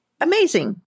amazing